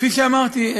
כפי שאמרתי,